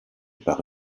par